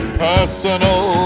personal